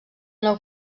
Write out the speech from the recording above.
nou